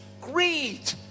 greed